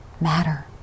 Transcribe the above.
matter